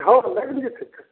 हँ नहि लै थिके